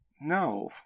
no